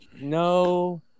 no